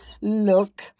look